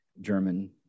german